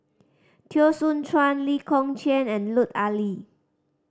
Teo Soon Chuan Lee Kong Chian and Lut Ali